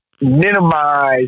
minimize